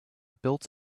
built